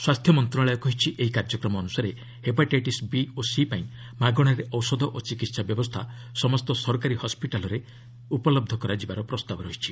ସ୍ୱାସ୍ଥ୍ୟ ମନ୍ତ୍ରଣାଳୟ କହିଛି ଏହି କାର୍ଯ୍ୟକ୍ରମ ଅନୁସାରେ ହେପାଟାଇସିଟ୍ ବି' ଓ ସି' ପାଇଁ ମାଗଣାରେ ଔଷଧ ଓ ଚିକିତ୍ସା ବ୍ୟବସ୍ଥା ସମସ୍ତ ସରକାରୀ ହସ୍କିଟାଲ୍ରେ କରାଯିବାର ପ୍ରସ୍ତାବ ରହିଛି